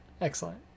Excellent